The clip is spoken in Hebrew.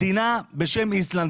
מדינה בשם איסלנד,